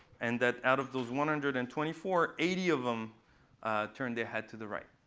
and that, out of those one hundred and twenty four, eighty of them turned their head to the right.